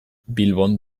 bilbon